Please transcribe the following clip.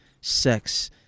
sex